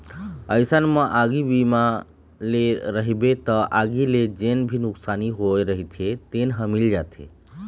अइसन म आगी बीमा ले रहिबे त आगी ले जेन भी नुकसानी होय रहिथे तेन ह मिल जाथे